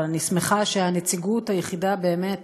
אבל אני שמחה שהנציגות היחידה באמת